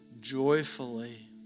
joyfully